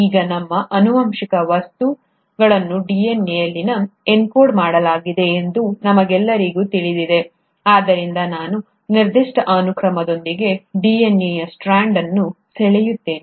ಈಗ ನಮ್ಮ ಆನುವಂಶಿಕ ವಸ್ತುಗಳನ್ನು DNA ಅಲ್ಲಿ ಎನ್ಕೋಡ್ ಮಾಡಲಾಗಿದೆ ಎಂದು ನಮಗೆಲ್ಲರಿಗೂ ತಿಳಿದಿದೆ ಆದ್ದರಿಂದ ನಾನು ನಿರ್ದಿಷ್ಟ ಅನುಕ್ರಮದೊಂದಿಗೆ DNA ಯ ಸ್ಟ್ರಾಂಡ್ ಅನ್ನು ಸೆಳೆಯುತ್ತೇನೆ